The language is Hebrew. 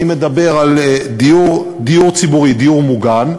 אני מדבר על דיור ציבורי, דיור מוגן.